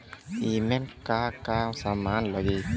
ईमन का का समान लगी?